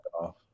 off